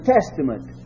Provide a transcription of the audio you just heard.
Testament